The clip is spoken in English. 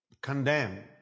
condemn